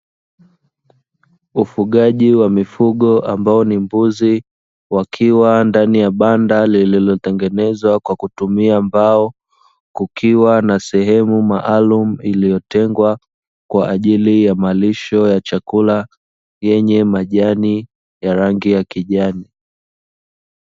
Ufugaji wa mifugo ambao ni mbuzi wakiwa ndani ya banda lililotengenezwa kwa kutumia mbao, kukiwa na sehemu maalumu iliyotengwa kwa ajili ya malisho ya chakula yenye majani ya rangi ya kijani.